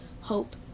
Hope